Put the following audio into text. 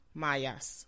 mayas